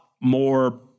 more